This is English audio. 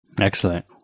Excellent